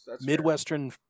Midwestern